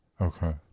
Okay